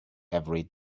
every